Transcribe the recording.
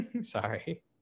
Sorry